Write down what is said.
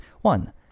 One